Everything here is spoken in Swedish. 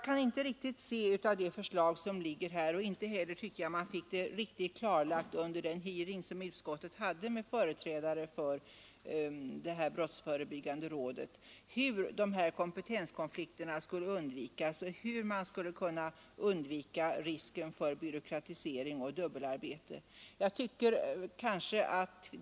I det förslag som ligger kan jag inte riktigt se — inte heller tyckte jag att man fick det riktigt klarlagt under den hearing som utskottet ordnade med företrädare för det brottsförebyggande rådet — hur kompentenskonflikter, byråkratisering och dubbelarbete skulle kunna undvikas.